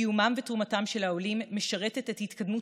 קיומם ותרומתם של העולים משרתים את התקדמות